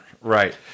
Right